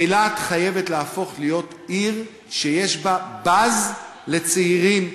אילת חייבת להפוך להיות עיר שיש בה באזז לצעירים: